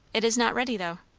it is not ready, though.